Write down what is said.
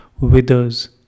withers